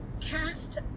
cast